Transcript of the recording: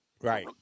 Right